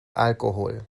alkohol